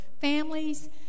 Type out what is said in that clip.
families